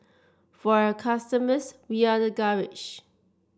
for our customers we are the garage